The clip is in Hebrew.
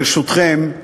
ברשותכם,